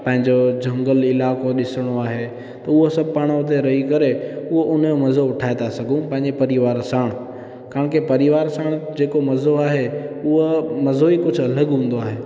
पंहिंजो जंगल इलाइक़ो ॾिसणु आहे उहा सभु पाण हुते रही करे उहो उनजो मज़ो उठाए था सघूं पंहिंजे परिवार सां छाकाणि त परिवार सां जेको मज़ो आहे उहा मज़ो ई कुझु अलॻि हूंदो आहे